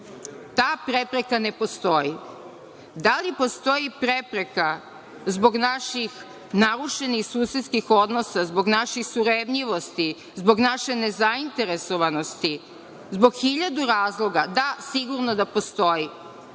Ta prepreka ne postoji. Da li postoji prepreka zbog naših narušenih susedskih odnosa, zbog naših surevljivosti, zbog naše nezainteresovanosti, zbog 1.000 razloga? Da, sigurno da postoji.